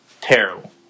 Terrible